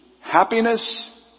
happiness